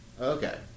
Okay